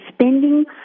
spending